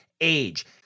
age